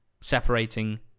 separating